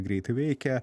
greitai veikia